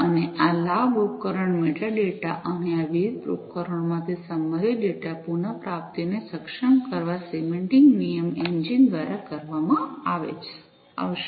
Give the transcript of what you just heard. અને આ લાભ ઉપકરણ મેટાડેટા અને આ વિવિધ ઉપકરણોમાંથી સંદર્ભિત ડેટા પુનઃપ્રાપ્તિને સક્ષમ કરવા સિમેન્ટીક નિયમ એન્જિન દ્વારા કરવામાં આવશે